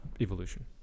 evolution